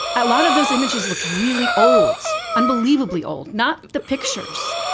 a lot of those images looked really old, unbelievably old. not the pictures,